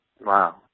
Wow